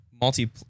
multi